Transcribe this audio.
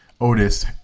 Otis